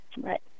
Right